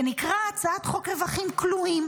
זה נקרא הצעת חוק רווחים כלואים.